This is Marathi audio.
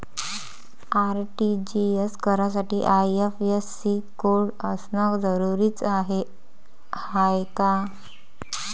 आर.टी.जी.एस करासाठी आय.एफ.एस.सी कोड असनं जरुरीच हाय का?